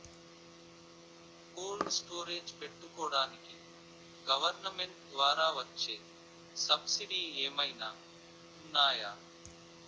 Cold storage పెట్టుకోడానికి government ద్వారా వచ్చే సబ్సిడీ ఏమైనా ఉన్నాయా?